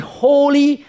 holy